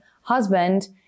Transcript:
husband